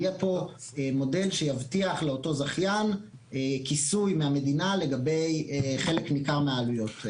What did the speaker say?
יהיה פה מודל שיבטיח לאותו זכיין כיסוי מהמדינה לגבי חלק ניכר מהעלויות.